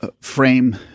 frame